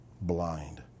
Blind